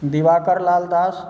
दिवाकर Lal दास